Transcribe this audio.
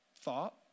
thought